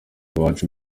iwacu